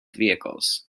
vehicles